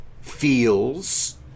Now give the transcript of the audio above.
Feels